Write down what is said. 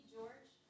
George